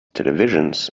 televisions